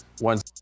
once-